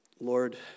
Lord